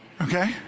okay